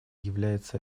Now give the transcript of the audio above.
является